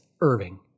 Irving